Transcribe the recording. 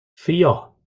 vier